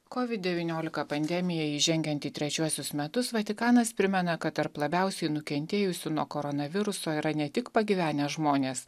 covid devyniolika pandemijai įžengiant į trečiuosius metus vatikanas primena kad tarp labiausiai nukentėjusių nuo koronaviruso yra ne tik pagyvenę žmonės